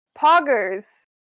poggers